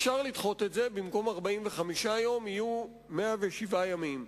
אפשר לדחות את זה, במקום 45 יום יהיו 107 ימים.